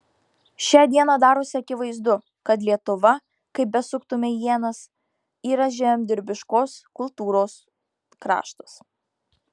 šią dieną darosi akivaizdu kad lietuva kaip besuktumei ienas yra žemdirbiškos kultūros kraštas